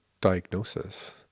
diagnosis